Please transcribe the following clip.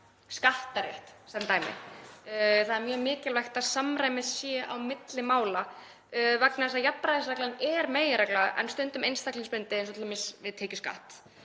skattarétt sem dæmi. Það er mjög mikilvægt að samræmi sé á milli mála vegna þess að jafnræðisreglan er meginregla en stundum einstaklingsbundin eins og t.d. við tekjuskatt.